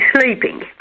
sleeping